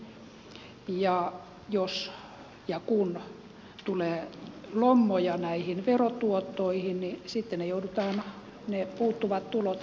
jos ja kun tulee lommoja näihin verotuottoihin niin sitten joudutaan ne puuttuvat tulot hakemaan muualta